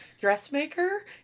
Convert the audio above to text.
dressmaker